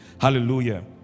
hallelujah